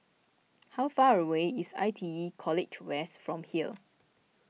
how far away is I T E College West from here